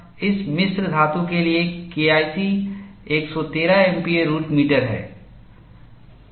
इस मिश्र धातु के लिए केआईसी 113 एमपीए रूट मीटर है